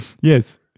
Yes